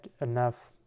enough